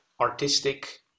artistic